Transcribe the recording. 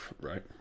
right